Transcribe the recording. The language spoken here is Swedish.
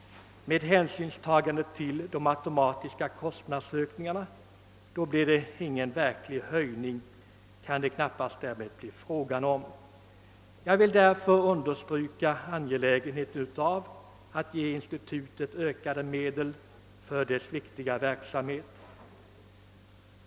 På grund av de automatiska kostnadsökningarna blir det knappast fråga om någon verklig höjning av anslaget. Jag vill därför understryka angelägenheten av att ökade medel ställs till institutets förfogande för dess viktiga verksamhet.